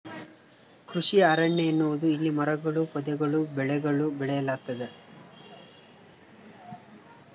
ಕೃಷಿ ಅರಣ್ಯ ಎನ್ನುವುದು ಇಲ್ಲಿ ಮರಗಳೂ ಪೊದೆಗಳೂ ಬೆಳೆಗಳೂ ಬೆಳೆಯಲಾಗ್ತತೆ